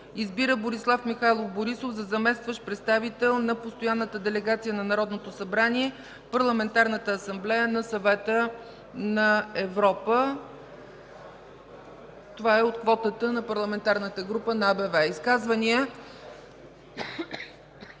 Избира Борислав Михайлов Борисов за заместващ представител на Постоянната делегация на Народното събрание в Парламентарната асамблея на Съвета на Европа.” Това е от квотата на Парламентарната група на АБВ. Има ли